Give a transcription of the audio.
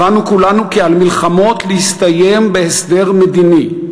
הבנו כולנו כי על מלחמות להסתיים בהסדר מדיני.